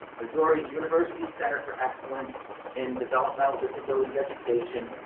missouri's university center for excellence in developmental disabilities, education,